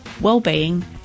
well-being